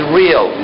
real